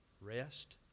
rest